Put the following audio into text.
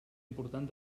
important